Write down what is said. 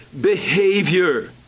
behavior